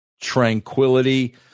tranquility